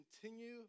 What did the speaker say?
continue